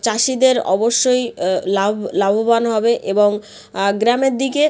চাষিদের অবশ্যই লাভ লাভবান হবে এবং গ্রামের দিকে